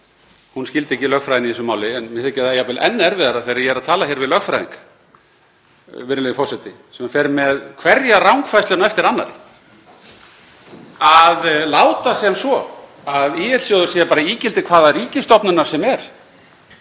hún skildi ekki lögfræðina í þessu máli en mér þykir það jafnvel enn erfiðara þegar ég er að tala við lögfræðing, virðulegi forseti, sem fer með hverja rangfærsluna á eftir annarri. Að láta sem svo að ÍL-sjóður sé bara ígildi hvaða ríkisstofnana sem er,